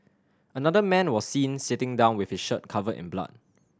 another man was seen sitting down with his shirt covered in blood